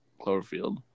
Cloverfield